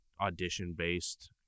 audition-based